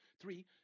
Three